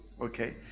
okay